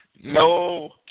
no